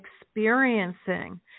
experiencing